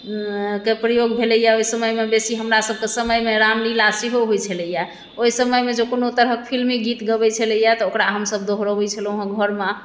के प्रयोग भेलैए ओहि समयमे बेसी हमरा सभके समयमे रामलीला सेहो होइ छलै हैं ओहि समयमे जे कोनो तरहक फिल्मी गीत गबै छलैए तऽ ओकरा हम सभ दोहरबै छलहुँ हेँ घरमे